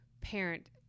parent